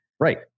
Right